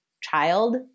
child